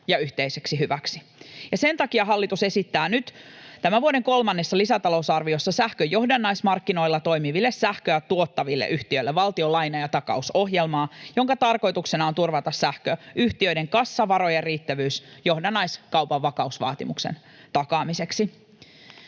ja yhteiseksi hyväksi. Sen takia hallitus esittää nyt tämän vuoden kolmannessa lisätalousarviossa sähkön johdannaismarkkinoilla toimiville sähköä tuottaville yhtiöille valtion laina- ja takausohjelmaa, jonka tarkoituksena on turvata sähköyhtiöiden kassavarojen riittävyys johdannaiskaupan vakuusvaatimuksen kattamiseksi.